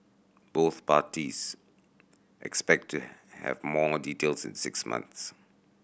both parties expect to have more details in six months